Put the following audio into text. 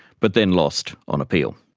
but then lost on appeal.